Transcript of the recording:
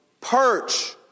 perch